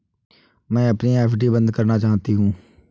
मैं अपनी एफ.डी बंद करना चाहती हूँ